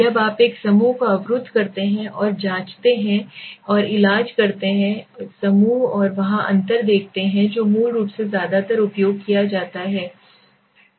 जब आप एक समूह को अवरुद्ध करते हैं और जांचते हैं और इलाज करते हैं समूह और वहां अंतर देखते हैं जो मूल रूप से ज्यादातर उपयोग किया जाता है